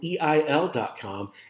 eil.com